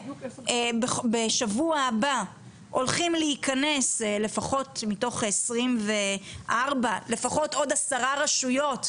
בשבוע הבא הולכים להיכנס לפחות מתוך 24 עוד עשר רשויות.